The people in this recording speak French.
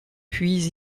puis